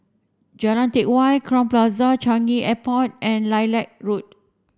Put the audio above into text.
Jalan Teck Whye Crowne Plaza Changi Airport and Lilac Road